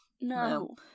No